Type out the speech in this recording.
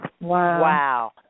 Wow